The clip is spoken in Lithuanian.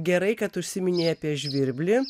gerai kad užsiminei apie žvirblį